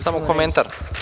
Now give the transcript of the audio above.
Samo komentar.